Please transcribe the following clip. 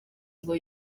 ngo